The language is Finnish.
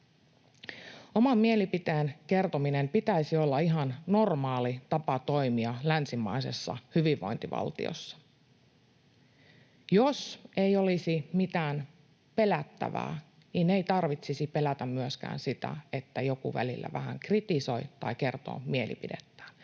Oman mielipiteen kertomisen pitäisi olla ihan normaali tapa toimia länsimaisessa hyvinvointivaltiossa. Jos ei olisi mitään pelättävää, niin ei tarvitsisi pelätä myöskään sitä, että joku välillä vähän kritisoi tai kertoo mielipidettään.